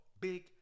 Big